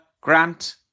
Grant